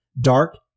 Dark